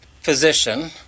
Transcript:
physician